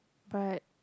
but